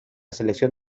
selección